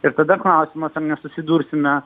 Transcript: ir tada klausimas ar nesusidursime